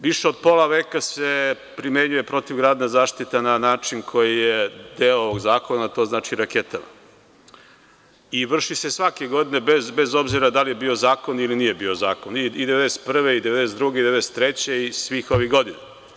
Više od pola veka se primenjuje protivgradna zaštita na način koji je deo ovog zakona, to znači raketama i vrši se svake godine, bez obzira da li je bio zakon ili nije bio zakon, i 1991, 1992. i 1993. i svih ovih godina.